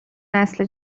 نسل